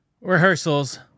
rehearsals